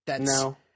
No